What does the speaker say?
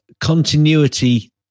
continuity